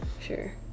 sure